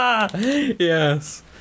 Yes